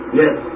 yes